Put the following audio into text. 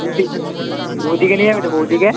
বৌদি বৌদিকে নিয়ে যাবে তো বৌদিকে